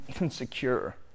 insecure